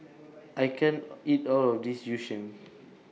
I can't eat All of This Yu Sheng